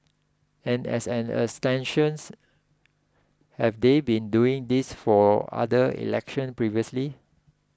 and as an extensions have they been doing this for other elections previously